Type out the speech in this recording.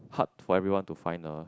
hard for everyone to find a